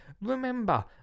remember